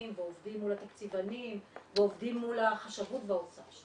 ועובדים מול התקציבאים ועובדים מול החשבות והאוצר.